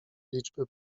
liczby